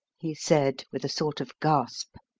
he said with a sort of gasp.